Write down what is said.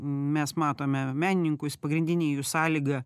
mes matome menininkus pagrindinė jų sąlygą